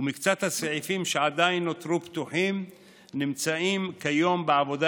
ומקצת הסעיפים שעדיין נותרו פתוחים נמצאים כיום בעבודה